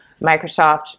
Microsoft